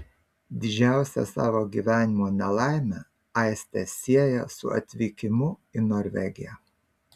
didžiausią savo gyvenimo nelaimę aistė sieja su atvykimu į norvegiją